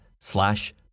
slash